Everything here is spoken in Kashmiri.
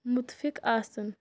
مُتفِق آسُن